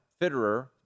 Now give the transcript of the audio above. Fitterer